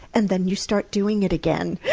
and then you start doing it again!